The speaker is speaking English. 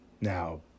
Now